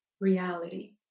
reality